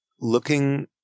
looking